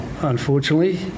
unfortunately